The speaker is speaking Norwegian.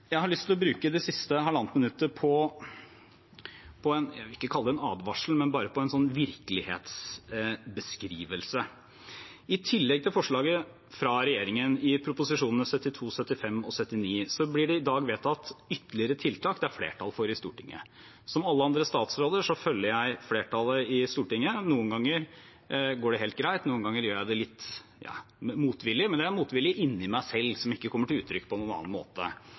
Jeg har lyst til å bruke det siste halvannet minuttet på – jeg vil ikke kalle det en advarsel, men bare en virkelighetsbeskrivelse. I tillegg til forslaget fra regjeringen i proposisjonene 72 LS, 75 S og 79 S for 2020–2021 blir det i dag vedtatt ytterligere tiltak det er flertall for i Stortinget. Som alle andre statsråder følger jeg flertallet i Stortinget. Noen ganger går det helt greit, noen ganger gjør jeg det litt motvillig – men det er motvillig inni meg selv, og det kommer ikke til uttrykk på noen annen måte.